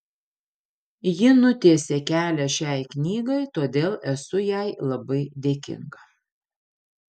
ji nutiesė kelią šiai knygai todėl esu jai labai dėkinga